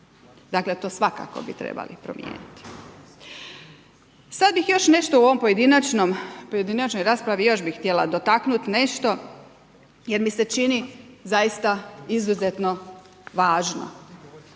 Dakle, to svakako bi trebali promijeniti. Sad bih još nešto u ovom pojedinačnom, pojedinačnoj raspravi još bih htjela dotaknuti nešto jer mi se čini zaista izuzetno važno.